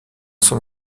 son